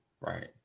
Right